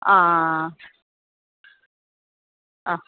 ആ അ